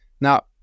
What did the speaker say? Now